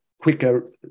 quicker